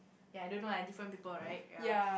ya I don't know lah different people right ya